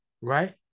right